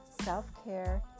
self-care